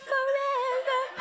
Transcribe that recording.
Forever